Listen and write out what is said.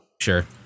sure